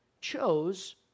chose